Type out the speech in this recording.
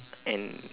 and